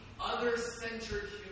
other-centered